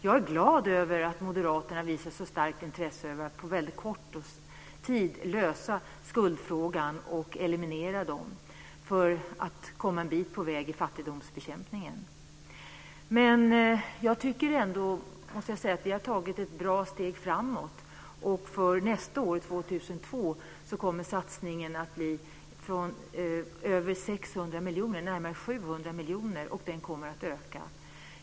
Jag är glad över att Moderaterna visar ett så starkt intresse för att på kort tid lösa skuldfrågan och eliminera skulderna för att komma en bit på väg i fattigdomsbekämpningen. Men jag tycker ändå, måste jag säga, att vi har tagit ett bra steg framåt. fr.o.m. nästa år, 2002, kommer satsningen att bli över 600 miljoner, närmare 700 miljoner, och den kommer att öka.